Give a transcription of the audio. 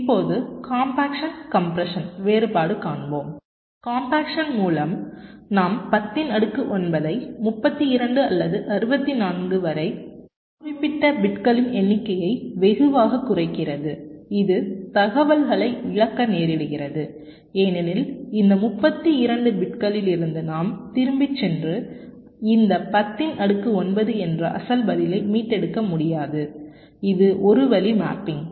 இப்போது compaction compression வேறுபடு காண்போம் கம்பாக்சன் மூலம் நாம் 10 இன் அடுக்கு 9 ஐ 32 அல்லது 64 வரை குறிப்பிட்டுள்ள பிட்களின் எண்ணிக்கையை வெகுவாகக் குறைக்கிறது இது தகவல்களை இழக்க நேரிடுகிறது ஏனெனில் இந்த 32 பிட்களிலிருந்து நாம் திரும்பிச் சென்று இந்த 10 இன் அடுக்கு 9 என்ற அசல் பதிலை மீட்டெடுக்க முடியாது இது ஒரு வழி மேப்பிங்